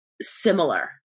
similar